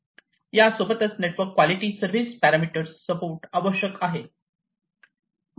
यासोबतच network quality service parameter support आवश्यक आहे